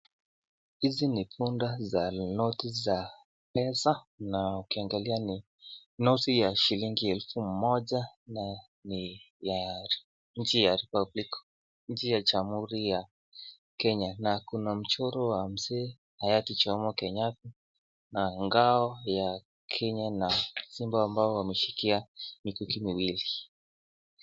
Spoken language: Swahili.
Hizi ni bunda za noti za pesa na ukiangalia ni noti ya shilingi elfu moja na ni ya nchi ya jamuhuri ya Kenya na kuna mchoro wa mzee hayati Jomo Kenyatta na ngao ya kenya na simba ambao wameshikilia mikuki miwili.